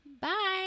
Bye